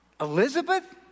Elizabeth